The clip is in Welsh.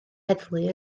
heddlu